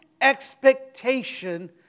expectation